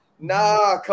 Nah